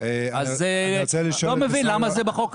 אז אני לא מבין למה זה בחוק.